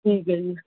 ਠੀਕ ਹੈ ਜੀ